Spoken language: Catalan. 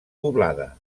poblada